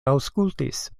aŭskultis